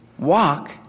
Walk